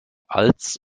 als